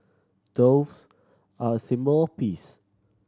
doves are a symbol of peace